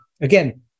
again